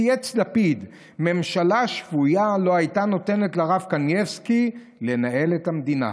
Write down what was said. צייץ לפיד: 'ממשלה שפויה לא הייתה נותנת לרב קניבסקי לנהל את המדינה'.